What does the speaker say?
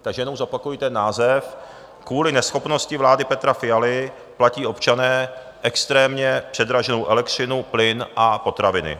Takže jenom zopakuji ten název: Kvůli neschopnosti vlády Petra Fialy platí občané extrémně předraženou elektřinu, plyn a potraviny.